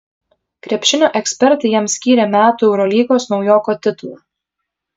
krepšinio ekspertai jam skyrė metų eurolygos naujoko titulą